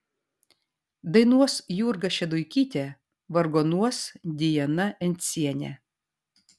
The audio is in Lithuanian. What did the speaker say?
dainuos jurga šeduikytė vargonuos diana encienė